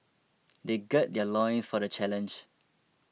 they gird their loins for the challenge